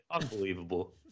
Unbelievable